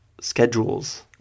schedules